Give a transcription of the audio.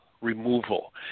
removal